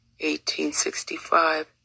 1865